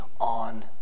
on